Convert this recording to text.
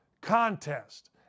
contest